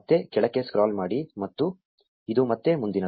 ಮತ್ತೆ ಕೆಳಕ್ಕೆ ಸ್ಕ್ರಾಲ್ ಮಾಡಿ ಮತ್ತು ಇದು ಮತ್ತೆ ಮುಂದಿನದು